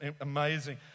amazing